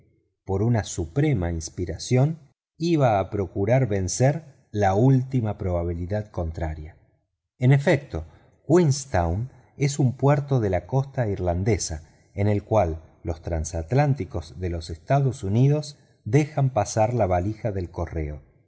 por una suprema inspiración iba a procurar vencer la última probabilidad contraria en efecto queenstown es un puerto de la costa irlandesa en el cual los trasatlánticos de los estados unidos dejan pasar la valija del correo